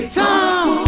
time